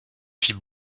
fit